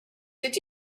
did